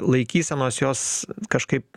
laikysenos jos kažkaip